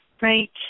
Right